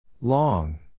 Long